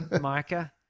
Micah